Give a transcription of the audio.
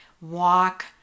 walk